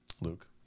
Luke